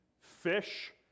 Fish